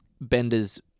bender's